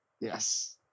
yes